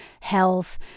health